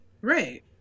Right